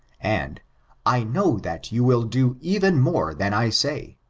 and i know that you will do even more than i say,